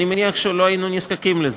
אני מניח שלא היינו נזקקים לו.